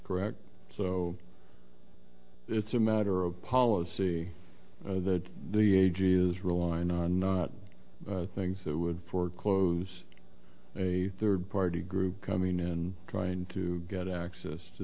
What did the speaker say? correct so it's a matter of policy that the a g is relying on not things that would foreclose a third party group coming in and trying to get access to